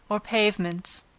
or pavements.